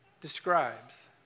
describes